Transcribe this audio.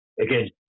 again